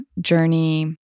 journey